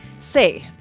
Say